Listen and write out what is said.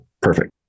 Perfect